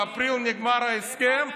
באפריל נגמר ההסכם,